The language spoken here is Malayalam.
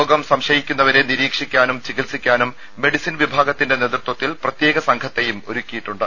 രോഗം സംശയിക്കുന്നവരെ നിരീക്ഷിക്കാനും ചികിത്സിക്കാനും മെഡിസിൻ വിഭാഗത്തിന്റെ നേതൃത്വത്തിൽ പ്രത്യേക സംഘത്തെയും ഒരുക്കിയിട്ടുണ്ട്